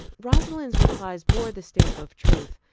rosalind's replies bore the stamp of truth.